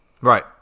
Right